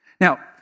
Now